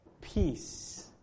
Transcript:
Peace